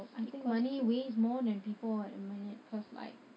I think weighs more than people at the minute cause like